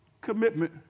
Commitment